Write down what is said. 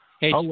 Hey